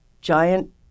giant